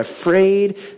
afraid